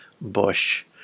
Bush